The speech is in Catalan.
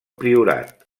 priorat